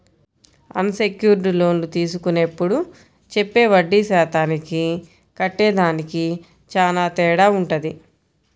అన్ secured లోన్లు తీసుకునేప్పుడు చెప్పే వడ్డీ శాతానికి కట్టేదానికి చానా తేడా వుంటది